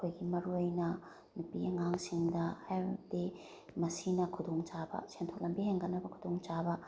ꯑꯩꯈꯣꯏꯒꯤ ꯃꯔꯨꯑꯣꯏꯅ ꯅꯨꯄꯤ ꯑꯉꯥꯡꯁꯤꯡꯗ ꯍꯥꯏꯕꯗꯤ ꯃꯁꯤꯅ ꯈꯨꯗꯣꯡꯆꯥꯕ ꯁꯦꯟꯊꯣꯛ ꯂꯝꯕꯤ ꯍꯦꯟꯒꯠꯅꯕ ꯈꯨꯗꯣꯡꯆꯥꯕ